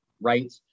right